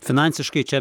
finansiškai čia